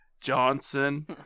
Johnson